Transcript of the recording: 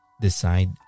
decide